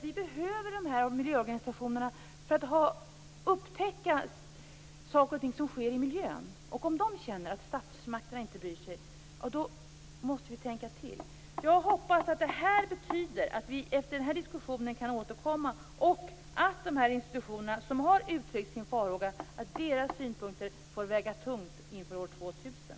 Vi behöver de här miljöorganisationerna för att upptäcka saker och ting som sker i miljön. Om de känner att statsmakterna inte bryr sig måste vi tänka till. Jag hoppas att detta betyder att vi kan återkomma efter den här diskussionen och att synpunkterna från de institutioner som har uttryckt farhågor får väga tungt inför år 2000.